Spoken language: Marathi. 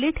लिट